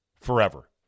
forever